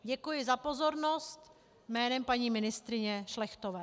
Děkuji za pozornost jménem paní ministryně Šlechtové.